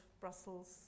Brussels